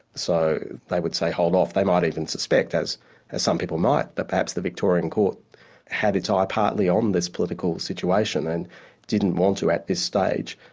so they would say hold off, they might even suspect, as as some people might, that perhaps the victorian court had its ah eye partly on this political situation, and didn't want to, at this stage,